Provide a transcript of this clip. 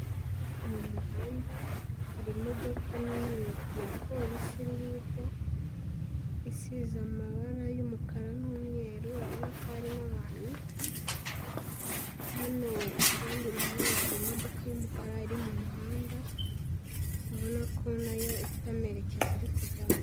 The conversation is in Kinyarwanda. Mu muhanda hari imodoka nini ya Polisi iri hirya, isize amabara y'umukara n'umweru urabona ko harimo abantu, hano ku rundi ruhande hari imodoka y'umukara iri mu muhanda, urabona ko nayo ifite amerekezo iri kujyamo.